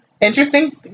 Interesting